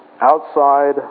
outside